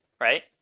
right